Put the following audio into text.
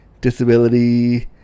disability